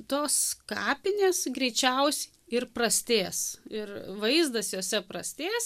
tos kapinės greičiausiai ir prastės ir vaizdas jose prastės